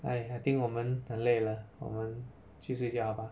I I think 我们很累了我们去睡觉好 mah